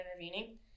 intervening